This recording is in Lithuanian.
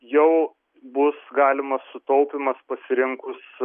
jau bus galimas sutaupymas pasirinkus